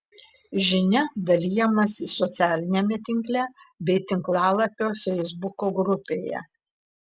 žinia dalijamasi socialiniame tinkle bei tinklalapio feisbuko grupėje